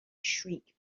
shriek